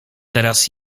teraz